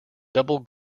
double